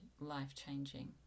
life-changing